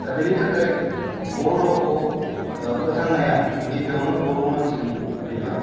दा बेनि थाखाय बर' रावखौ फोथांनाया गिबियावनो बर' मानसिनि बिबान